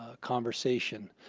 ah conversation.